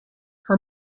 her